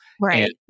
Right